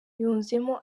yunzemo